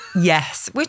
Yes